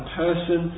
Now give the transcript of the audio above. person